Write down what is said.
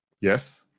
Yes